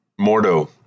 Mordo